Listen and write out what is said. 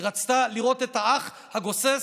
היא רצתה לראות את האח הגוסס